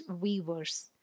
weavers